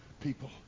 people